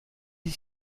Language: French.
est